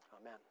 Amen